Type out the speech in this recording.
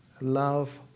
love